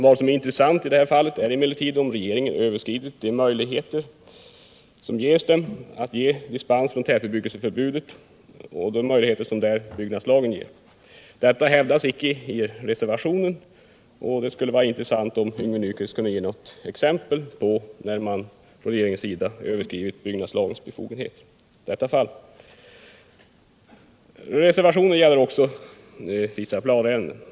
Vad som är intressant är frågan om regeringen har överskridit de möjligheter att bevilja dispens från tätbebyggelseförbudet som byggnadslagen ger. Detta hävdas inte i reservationen. Det skulle vara intressant om Yngve Nyquist kunde ge något exempel på att man från regeringens sida i dessa fall har överskridit sina befogenheter enligt byggnadslagen. Reservationen gäller också vissa planärenden.